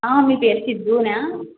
మీ పేరు సిద్దునా